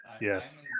Yes